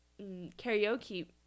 karaoke